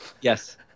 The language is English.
yes